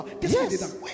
Yes